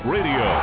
Radio